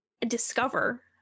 discover